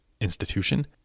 institution